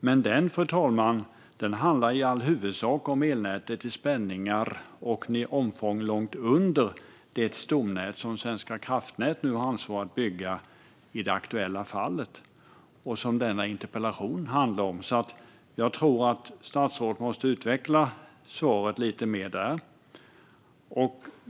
Men den, fru talman, handlar i all huvudsak om elnät med spänningar och omfång som är långt under vad som är fallet i det stomnät som Svenska kraftnät har ansvar för att bygga och som den aktuella interpellationen handlar om. Jag anser därför att statsrådet måste utveckla svaret lite mer på den punkten.